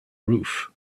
roof